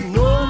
no